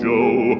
Joe